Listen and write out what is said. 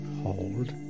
hold